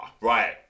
Right